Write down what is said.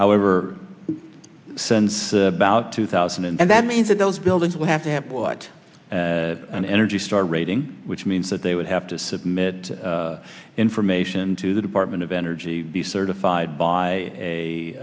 however since about two thousand and that means that those buildings would have to have what an energy star rating which means that they would have to submit information to the department of energy be certified by a